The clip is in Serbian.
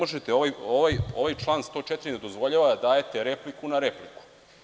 Ovaj član 104. ne dozvoljava da dajte repliku na repliku.